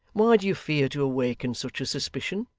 why do you fear to awaken such a suspicion?